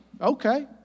Okay